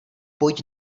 pojď